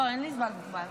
לא אין לי זמן מוגבל.